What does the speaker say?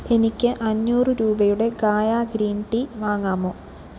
എനിക്ക് അഞ്ഞൂറ് രൂപയുടെ ഗായാ ഗ്രീൻ ടീ വാങ്ങാമോ